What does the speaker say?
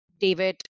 David